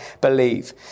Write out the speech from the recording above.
believe